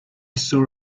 saw